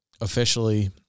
Officially